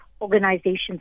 organizations